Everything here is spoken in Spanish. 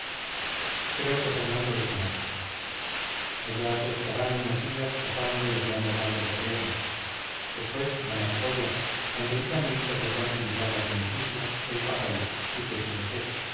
creo que fernando le conoce allá se estarán unos días cazando y hablando mal del gobierno después van a segovia donde villamil se propone pintar la fuencisla el parral y qué sé yo qué